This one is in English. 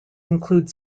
include